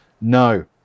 no